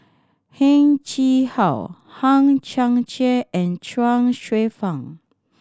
Heng Chee How Hang Chang Chieh and Chuang Hsueh Fang